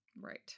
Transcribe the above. Right